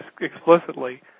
explicitly